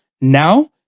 now